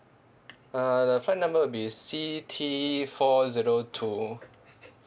uh the flight number would be C T four zero two